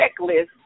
checklist